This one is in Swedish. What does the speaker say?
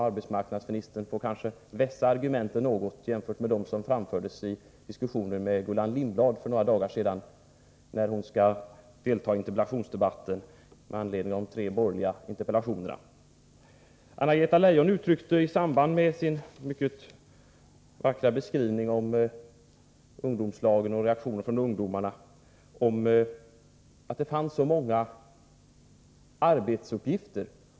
Arbetsmarknadsministern får kanske vässa argumenten något, jämfört med dem som hon framförde i diskussionen med Gullan Lindblad för några dagar sedan, när hon skall delta i debatter med anledning av de tre borgerliga interpellationerna. Anna-Greta Leijon sade i samband med sin mycket vackra beskrivning av ungdomslagen och reaktionen från ungdomarna att det finns så många arbetsuppgifter.